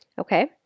okay